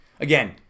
Again